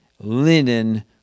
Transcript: linen